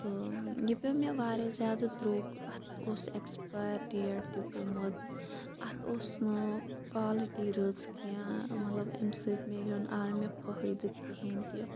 تہٕ یہِ پیوٚ مےٚ واریاہ زیادٕ درٛوٚگ اَتھ اوس اٮ۪کٕسپایر ڈیٹ تہِ گوٚمُت اَتھ اوس نہٕ کالٕٹی رٕژ کینٛہہ مطلب اَمہِ سۭتۍ ملیو نہٕ آو نہٕ مےٚ فٲہِدٕ کِہیٖنۍ تہِ